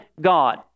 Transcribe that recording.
God